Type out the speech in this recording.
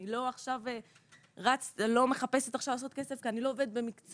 אני לא מחפשת עכשיו לעשות כסף כי אני לא עובדת במקצוע